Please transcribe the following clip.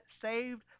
saved